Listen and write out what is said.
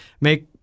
make –